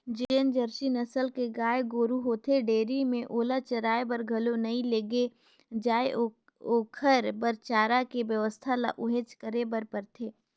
जेन जरसी नसल के गाय गोरु होथे डेयरी में ओला चराये बर घलो नइ लेगे जाय ओखर बर चारा के बेवस्था ल उहेंच करे बर परथे